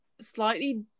slightly